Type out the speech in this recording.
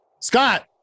Scott